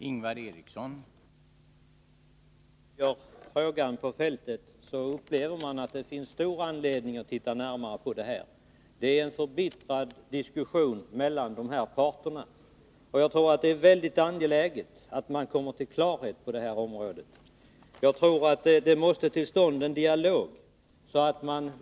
Herr talman! När man följer frågan på fältet upplever man att det finns stor anledning att se närmare på det här. Det förs en förbittrad diskussion mellan parterna. Jag tror därför att det är mycket angeläget att man kommer till klarhet på det här området och att en dialog kommer till stånd.